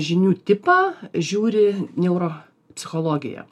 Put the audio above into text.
žinių tipą žiūri neuro psichologija